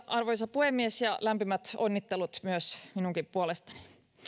arvoisa puhemies lämpimät onnittelut minunkin puolestani